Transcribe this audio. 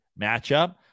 matchup